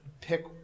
pick